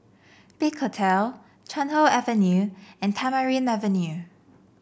Big Hotel Chuan Hoe Avenue and Tamarind Avenue